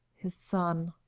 his son.